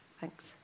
Thanks